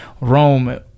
Rome